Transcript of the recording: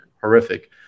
horrific